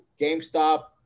GameStop